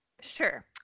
Sure